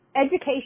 Education